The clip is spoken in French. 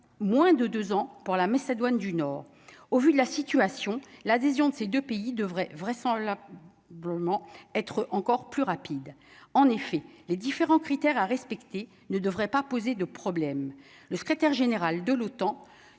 moins de 2 ans pour la messe Adwan, du nord au vu de la situation, l'adhésion de ces 2 pays devraient vrai sans là vraiment être encore plus rapide, en effet, les différents critères à respecter, ne devrait pas poser de problème, le secrétaire général de l'OTAN